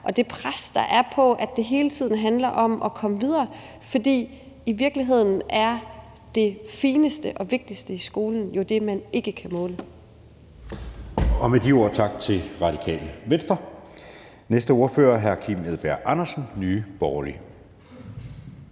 og det pres, der er, i forhold til at det hele tiden handler om at komme videre. For i virkeligheden er det fineste og vigtigste i skolen jo det, som man ikke kan måle. Kl. 15:02 Anden næstformand (Jeppe Søe): Med de ord tak til Radikale Venstre. Den næste ordfører er hr. Kim Edberg Andersen, Nye Borgerlige.